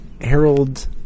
Harold